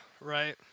right